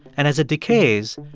and as it decays,